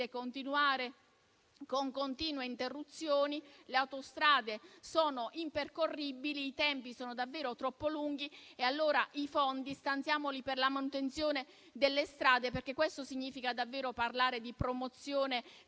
continuare con continue interruzioni. Le autostrade sono impercorribili, i tempi sono davvero troppo lunghi e allora stanziamo fondi per la manutenzione delle strade, perché questo significa davvero parlare di promozione